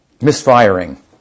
misfiring